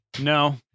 No